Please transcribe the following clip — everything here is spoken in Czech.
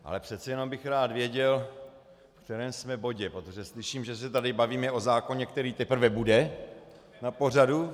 Ale přece jenom bych rád věděl, v kterém jsme bodě, protože slyším, že se tady bavíme o zákoně, který teprve bude na pořadu.